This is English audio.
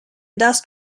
dust